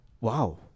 Wow